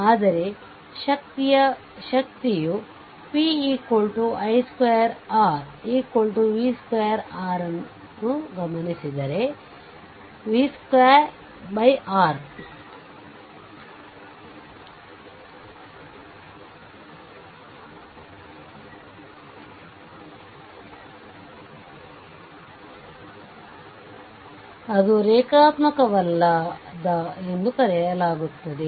ಆದರೆ ಶಕ್ತಿಯ p i2 R v2 R ಅನ್ನು ಗಮನಿಸಿದರೆ ಅದು ರೇಖಾತ್ಮಕವಲ್ಲದ ಎಂದು ಕರೆಯಲಾಗುತ್ತದೆ